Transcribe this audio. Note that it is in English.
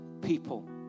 people